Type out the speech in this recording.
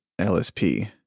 LSP